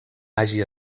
hagi